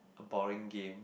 a boring game